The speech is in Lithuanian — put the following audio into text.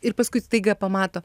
ir paskui staiga pamato